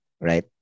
Right